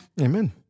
Amen